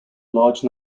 large